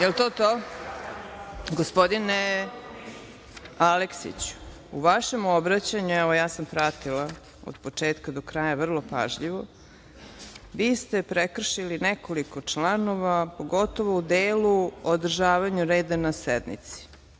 jel to, to? Gospodine Aleksiću, u vašem obraćanju, evo ja sam pratila od početka do kraja vrlo pažljivo, vi ste prekršili nekoliko članova, pogotovo u delu održavanja reda na sednici